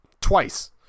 twice